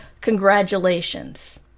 congratulations